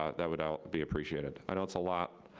ah that would be appreciated. i know it's a lot,